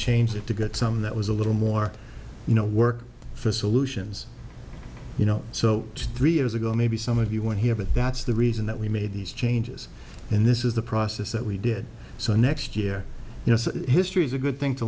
changed it to get something that was a little more you know work for solutions you know so just three years ago maybe some of you went here but that's the reason that we made these changes and this is the process that we did so next year you know history's a good thing to